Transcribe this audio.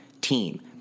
team